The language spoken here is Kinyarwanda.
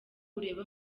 urebe